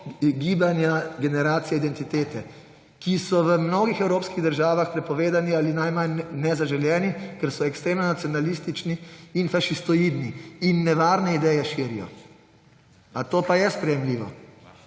gibanja Generacija identitete, ki je v mnogih evropskih državah prepovedano ali najmanj nezaželeno, ker so ekstremno nacionalistični in fašistoidni ter širijo nevarne ideje. A to pa je sprejemljivo?